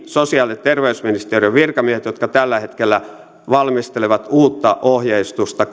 sosiaali ja terveysministeriön virkamiehet jotka tällä hetkellä valmistelevat uutta ohjeistusta